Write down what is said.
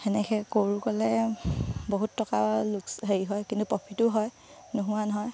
সেনেকৈ কৰোঁ ক'লে বহুত টকা হেৰি হয় কিন্তু প্ৰফিটো হয় নোহোৱা নহয়